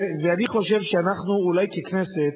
ואני חושב שאנחנו אולי ככנסת,